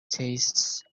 tastes